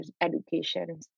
education